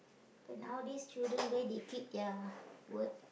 but nowadays children where they keep their word